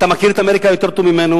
אתה מכיר את אמריקה יותר טוב ממנו,